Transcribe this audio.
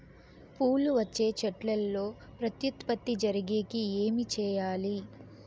పూలు వచ్చే చెట్లల్లో ప్రత్యుత్పత్తి జరిగేకి ఏమి చేయాలి?